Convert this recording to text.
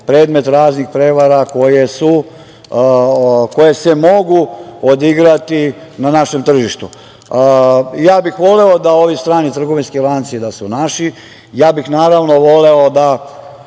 predmet raznih prevara koje se mogu odigrati na našem tržištu. Voleo bih da su ovi strani trgovinski lanci naši, ja bih naravno voleo da